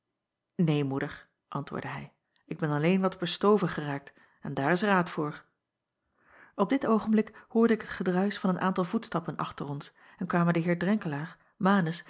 een moeder antwoordde hij ik ben alleen wat bestoven geraakt en daar is raad voor p dit oogenblik hoorde ik het gedruis van een aantal voetstappen achter ons en kwamen de eer